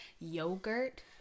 yogurt